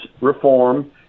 Reform